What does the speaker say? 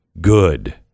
good